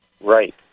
Right